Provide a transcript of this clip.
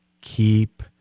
keep